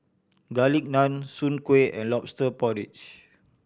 Garlic Naan Soon Kuih and Lobster Porridge